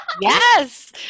Yes